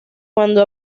cuando